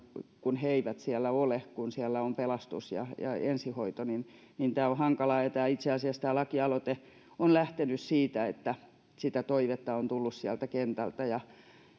kuin he eivät siellä ole vaan siellä on pelastus ja ja ensihoito tämä on hankalaa ja itse asiassa tämä lakialoite on lähtenyt siitä että sitä toivetta on tullut sieltä kentältä